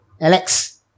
Alex